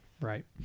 Right